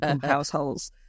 households